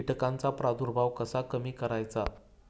कीटकांचा प्रादुर्भाव कसा कमी करायचा?